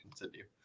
continue